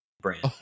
brand